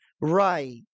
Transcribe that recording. right